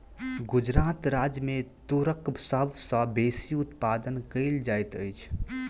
गुजरात राज्य मे तूरक सभ सॅ बेसी उत्पादन कयल जाइत अछि